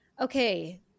Okay